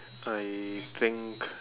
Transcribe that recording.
I think